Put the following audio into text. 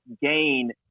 gain